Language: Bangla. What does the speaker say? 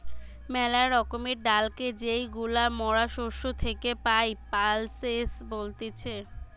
মেলা রকমের ডালকে যেইগুলা মরা শস্য থেকি পাই, পালসেস বলতিছে